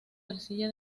arcilla